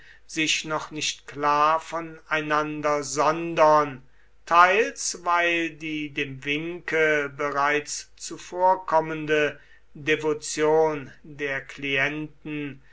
sich noch nicht klar voneinander sondern teils weil die dem winke bereits zuvorkommende devotion der klienten